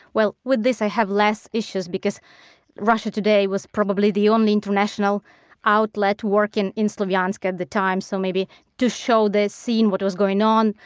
well, with this i have less issues because russia today was probably the only international outlet working in slavyansk at the time, so maybe to show they'd seen what was going on,